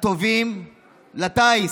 הטובים לטיס,